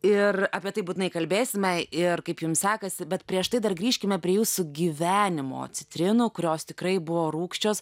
ir apie tai būtinai kalbėsime ir kaip jums sekasi bet prieš tai dar grįžkime prie jūsų gyvenimo citrinų kurios tikrai buvo rūgščios